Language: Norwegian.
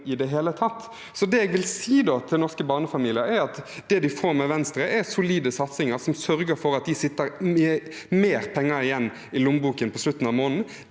Det jeg vil si til norske barnefamilier, er at det de får med Venstre, er solide satsinger som sørger for at de sitter igjen med mer penger i lommeboken på slutten av måneden.